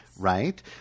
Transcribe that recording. Right